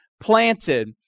planted